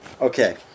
Okay